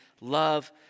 love